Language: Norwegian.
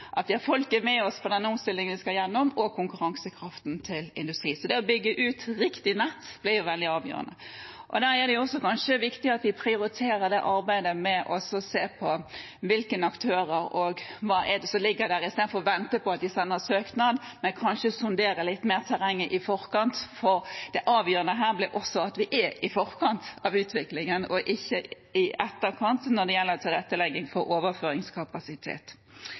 at vi har folket med oss på den omstillingen vi skal gjennom, og konkurransekraften til industrien. Det å bygge ut riktig nett blir veldig avgjørende. Da er det kanskje også viktig at vi prioriterer det arbeidet med å se på hvilke aktører og hva som ligger der. I stedet for å vente på at de skal sende søknad, kan vi kanskje sondere terrenget litt mer i forkant, for det avgjørende her blir også at vi er i forkant av utviklingen, og ikke i etterkant når det gjelder tilrettelegging for overføringskapasitet.